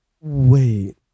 Wait